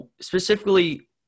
Specifically